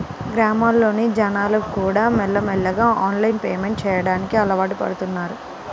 గ్రామాల్లోని జనాలుకూడా మెల్లమెల్లగా ఆన్లైన్ పేమెంట్ చెయ్యడానికి అలవాటుపడుతన్నారు